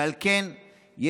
ועל כן יש